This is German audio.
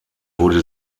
wurde